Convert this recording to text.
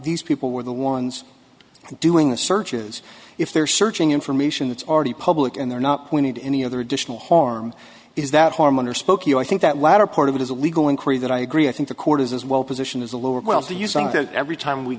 these people were the ones doing the searches if they're searching information that's already public and they're not pointing to any other additional harm is that harm under spokeo i think that latter part of it is a legal increase that i agree i think the court as well position is a lower class to use and every time we